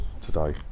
today